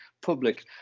public